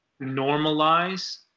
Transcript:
normalize